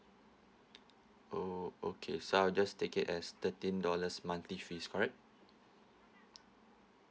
oh okay so I'll just take it as thirteen dollars monthly fees correct